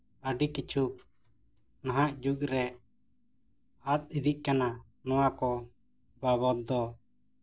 ᱟᱹᱰᱤ ᱠᱤᱪᱷᱩ ᱱᱟᱦᱟᱜ ᱡᱩᱜᱽ ᱨᱮ ᱟᱫ ᱤᱫᱤᱜ ᱠᱟᱱᱟ ᱱᱚᱣᱟ ᱠᱚ ᱵᱟᱵᱚᱫᱽ ᱫᱚ